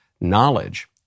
knowledge